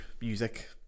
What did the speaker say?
music